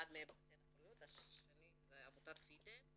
אחת מהן זה טנא בריאות והשניה עמותת פידל.